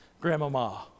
grandmama